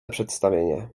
przedstawienie